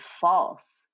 false